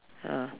ah